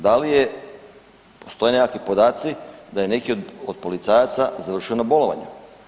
Da li je postoje nekakvi podaci da je neki od policajaca završio na bolovanju?